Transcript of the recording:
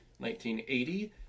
1980